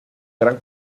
gran